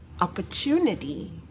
opportunity